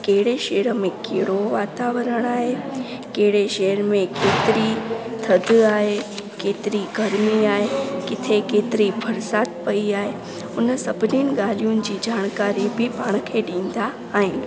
कहिड़े शहर में कहिड़ो वातावरणु आहे कहिड़े शहर में केतिरी थधि आहे केतिरी गर्मी आहे किथे केतिरी बरसाति पई आहे उन सभिनीनि ॻाल्हियुनि जी जानकारी बि पाण खे ॾींदा आहिनि